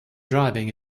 driving